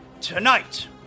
Tonight